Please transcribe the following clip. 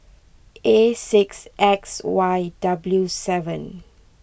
A six X Y W seven